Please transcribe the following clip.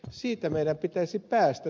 siitä meidän pitäisi päästä